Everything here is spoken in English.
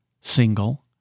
single